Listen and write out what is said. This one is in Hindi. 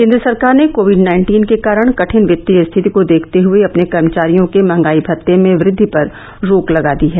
केंद्र सरकार ने कोविड नाइन्टीन के कारण कठिन वित्तीय स्थिति को देखते हए अपने कर्मचारियों के महंगाई मत्ते में वृद्वि पर रोक लगा दी है